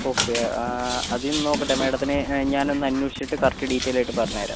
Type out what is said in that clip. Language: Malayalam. ഓക്കെ അതും നോക്കട്ടെ മാഡത്തിന് ഞാൻ ഒന്ന് അന്വേഷിച്ചിട്ട് കറക്റ്റ് ഡീറ്റൈൽ ആയിട്ട് പറഞ്ഞുതരാം